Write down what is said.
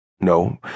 No